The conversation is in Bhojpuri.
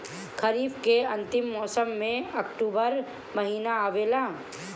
खरीफ़ के अंतिम मौसम में अक्टूबर महीना आवेला?